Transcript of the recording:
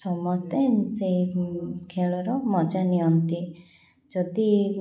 ସମସ୍ତେ ସେଇ ଖେଳର ମଜା ନିଅନ୍ତି ଯଦି